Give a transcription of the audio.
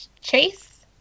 Chase